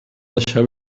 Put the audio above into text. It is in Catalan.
deixar